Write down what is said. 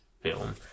film